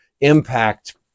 impact